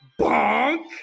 Bonk